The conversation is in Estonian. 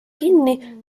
kinni